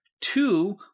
two